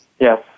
Yes